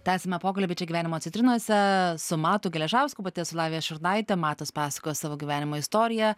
tęsiame pokalbį čia gyvenimo citrinose su matu geležausku pati esu lavija šurnaitė matas pasakoja savo gyvenimo istoriją